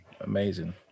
amazing